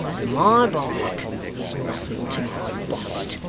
my bark is nothing to my bite.